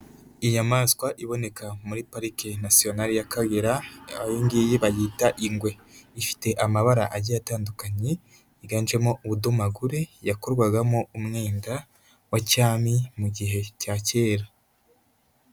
Inyamaswa iboneka muri parike national y'Akagera, iyi ngiyi bayita "ingwe". Ifite amabara agiye atandukanye yiganjemo ubudomagure yakorwagamo umwenda wa cyami mu gihe cya kera.